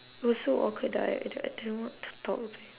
it was so awkward that I that I didn't know what to talk also